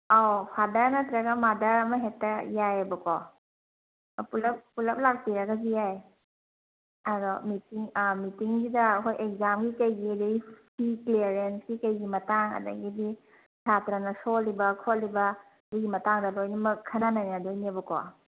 ꯑꯧ ꯐꯥꯗꯔ ꯅꯠꯇ꯭ꯔꯒ ꯃꯥꯗꯔ ꯑꯃ ꯍꯦꯛꯇ ꯌꯥꯏꯌꯦꯕꯀꯣ ꯄꯨꯂꯞ ꯂꯥꯛꯄꯤꯔꯒꯁꯨ ꯌꯥꯏ ꯑꯗꯣ ꯃꯤꯇꯤꯡ ꯃꯤꯇꯤꯡꯁꯤꯗ ꯍꯣꯏ ꯑꯦꯛꯖꯥꯝꯒꯤ ꯀꯩꯒꯤ ꯑꯗꯒꯤ ꯐꯤ ꯀ꯭ꯂꯤꯌꯥꯔꯦꯟꯁꯀꯤ ꯀꯩꯒꯤ ꯃꯇꯥꯡ ꯑꯗꯒꯤꯗꯤ ꯁꯥꯇ꯭ꯔꯅ ꯁꯣꯜꯂꯤꯕ ꯈꯣꯠꯂꯤꯕ ꯁꯤꯒꯤ ꯃꯇꯥꯡꯗ ꯂꯣꯏꯅꯃꯛ ꯈꯟꯅ ꯅꯩꯅꯗꯣꯏꯅꯦꯕꯀꯣ